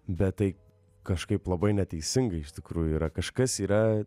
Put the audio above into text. bet tai kažkaip labai neteisingai iš tikrųjų yra kažkas yra